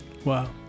wow